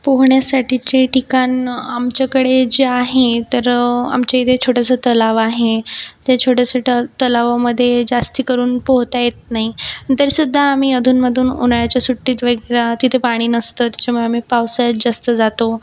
पोहण्यासाठीचे ठिकाण आमच्याकडे जे आहे तर आमच्या येथे छोटंसं तलाव आहे त्या छोट्यासट्या तलावामध्ये जास्तीकरून पोहत येत नाही तरीसुद्धा आम्ही अधूनमधून उन्हाळ्याच्या सुट्टीत वगैरे तिथं पाणी नसतं त्यच्यामुळं आम्ही पावसाळ्यात जास्त जातो